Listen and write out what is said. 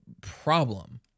problem